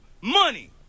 money